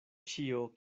ĉio